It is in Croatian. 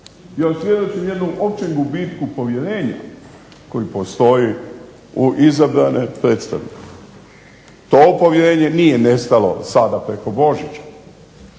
Ja svjedočim jednom općem gubitku povjerenja koje postoji u izabrane predstavnike. To povjerenje nije nestalo sada preko Božića,